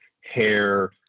hair